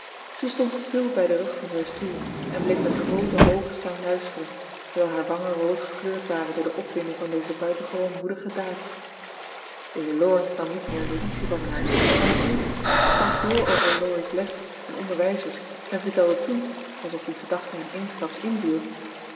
ze stond stil bij den rug van zijn stoel en bleef met groote oogen staan luisteren terwijl haar wangen rood gekleurd waren door de opwinding van deze buitengewoon moedige daad de heer laurence nam niet meer notitie van haar dan van een vlieg sprak door over laurie's lessen en onderwijzers en vertelde toen alsof die gedachte hem eensklaps inviel